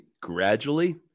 gradually